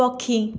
ପକ୍ଷୀ